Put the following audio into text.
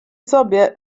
sobie